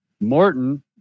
Morton